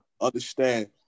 Understand